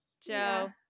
joe